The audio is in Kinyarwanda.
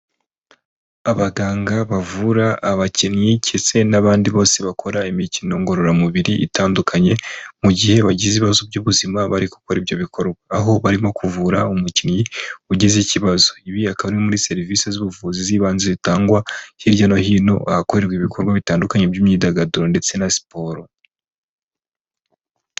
Abaganga bavura abakinnyi ndetse n'abandi bose bakora imikino ngororamubiri itandukanye mu gihe bagize ibibazo by'ubuzima bari gukora ibyo bikorwa , aho barimo kuvura umukinnyi ugize ikibazo ibi akaba ari muri serivisi z'ubuvuzi z’ibanze zitangwa hirya no hino hakorerwa ibikorwa bitandukanye by'imyidagaduro ndetse na siporo.